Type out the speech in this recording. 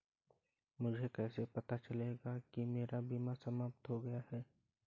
मुझे कैसे पता चलेगा कि मेरा बीमा समाप्त हो गया है?